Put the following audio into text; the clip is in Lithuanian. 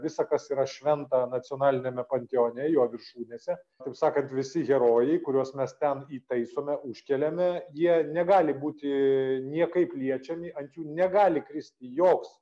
visa kas yra šventa nacionaliniame panteone jo viršūnėse taip sakant visi herojai kuriuos mes ten įtaisome užkeliame jie negali būti niekaip liečiami ant jų negali kristi joks